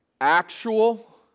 actual